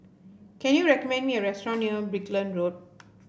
can you recommend me a restaurant near Brickland Road